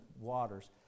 waters